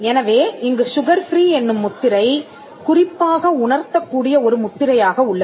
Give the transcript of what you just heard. எனவே இங்கு sugar free என்னும் முத்திரை குறிப்பாக உணர்த்தக் கூடிய ஒரு முத்திரையாக உள்ளது